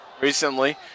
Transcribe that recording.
recently